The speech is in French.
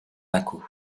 paco